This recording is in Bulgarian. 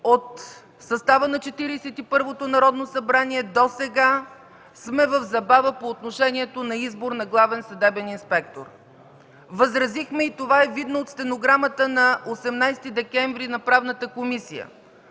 и първото Народно събрание досега, сме в забава по отношение на избор на Главен съдебен инспектор. Възразихме, и това е видно от стенограмата от 18 декември на Правната комисия,